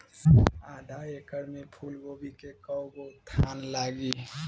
आधा एकड़ में फूलगोभी के कव गो थान लागी?